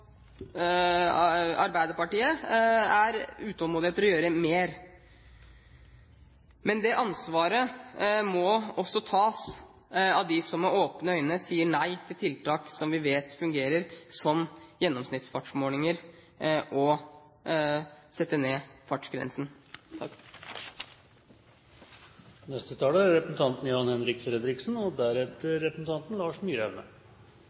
Arbeiderpartiet er utålmodig etter å gjøre mer, men det ansvaret må også tas av dem som med åpne øyne sier nei til tiltak som vi vet fungerer, som gjennomsnittsfartsmålinger og det å sette ned fartsgrensene. Jeg vet at det er normalt å gi ros til interpellanten for å ta opp en viktig sak, og